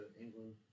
England